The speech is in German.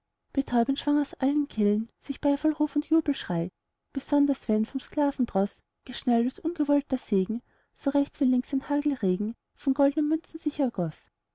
schwang aus allen kehlen sich beifallruf und jubelschrei besonders wenn vom sklaventroß geschnellt als ungewohnter segen so rechts wie links ein hagelregen von goldnen münzen sich ergoß